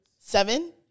seven